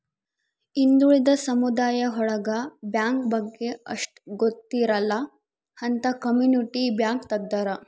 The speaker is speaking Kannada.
ಹಿಂದುಳಿದ ಸಮುದಾಯ ಒಳಗ ಬ್ಯಾಂಕ್ ಬಗ್ಗೆ ಅಷ್ಟ್ ಗೊತ್ತಿರಲ್ಲ ಅಂತ ಕಮ್ಯುನಿಟಿ ಬ್ಯಾಂಕ್ ತಗ್ದಾರ